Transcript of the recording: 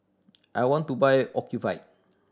I want to buy Ocuvite